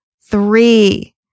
three